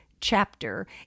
chapter